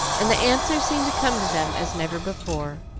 and the answer seemed to come to them as never before,